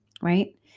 right